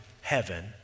heaven